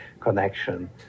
connection